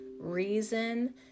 Reason